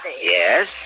Yes